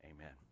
amen